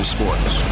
Sports